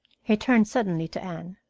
he turned suddenly to anne.